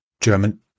German